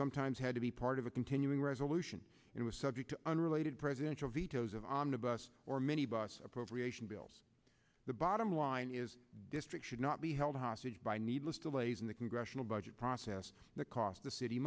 sometimes had to be part of a continuing resolution it was subject to unrelated presidential vetoes of on a bus or minibus appropriation bills the bottom line is district should not be held hostage by needless delays in the congressional budget process that cost the city